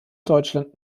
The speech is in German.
deutschland